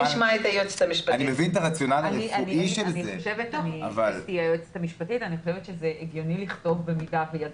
אני חושבת שזה הגיוני לכתוב "במידה וידעת".